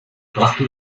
brachte